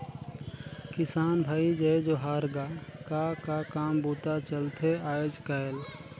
किसान भाई जय जोहार गा, का का काम बूता चलथे आयज़ कायल?